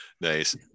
nice